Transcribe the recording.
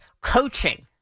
coaching